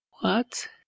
What